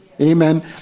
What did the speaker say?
Amen